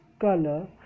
color